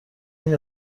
این